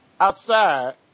outside